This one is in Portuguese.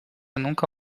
nunca